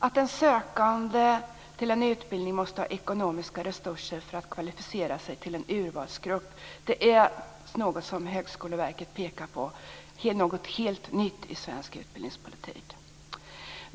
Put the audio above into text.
Att en sökande till en utbildning måste ha ekonomiska resurser för att kvalificera sig till en urvalsgrupp är, som Högskoleverket pekar på, någonting helt nytt i svensk utbildningspolitik.